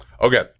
Okay